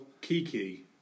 Kiki